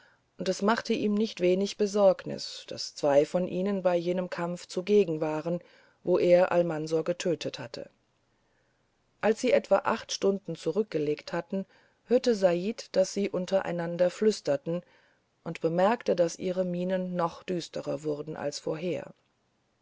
und es machte ihm nicht wenig besorgnis daß zwei von ihnen bei jenem kampf zugegen waren wo er almansor tötete als sie etwa acht stunden zurückgelegt hatten hörte said daß sie untereinander flüsterten und bemerkte daß ihre mienen noch düsterer wurden als vorher